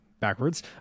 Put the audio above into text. backwards